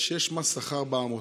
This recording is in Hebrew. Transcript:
יש מס שכר בעמותות,